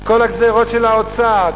כל הגזירות של האוצר,